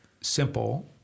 simple